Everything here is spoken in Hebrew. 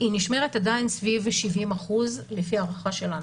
היא נשמרת עדיין סביב 70% לפי ההערכה שלנו.